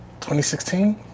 2016